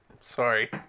sorry